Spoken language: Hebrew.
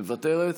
מוותרת,